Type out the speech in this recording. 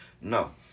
no